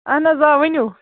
اَہَن حظ آ ؤنِو